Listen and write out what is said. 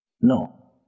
No